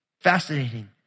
Fascinating